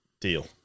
Deal